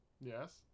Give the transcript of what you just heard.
yes